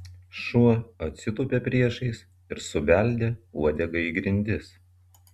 šuo atsitūpė priešais ir subeldė uodega į grindis